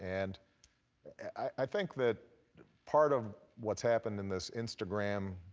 and i think that part of what's happened in this instagram.